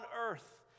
earth